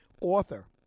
author